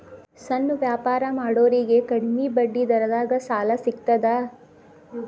ಸಣ್ಣ ವ್ಯಾಪಾರ ಮಾಡೋರಿಗೆ ಕಡಿಮಿ ಬಡ್ಡಿ ದರದಾಗ್ ಸಾಲಾ ಸಿಗ್ತದಾ?